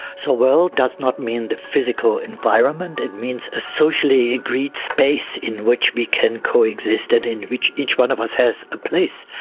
so, world does not mean the physical environment. it means a socially agreed space in which we can coexist and in which each one of us has a place.